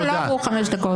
לא עברו חמש דקות.